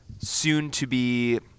soon-to-be